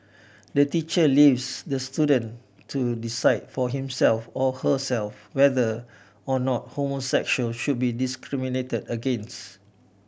the teacher leaves the student to decide for himself or herself whether or not homosexual should be discriminated against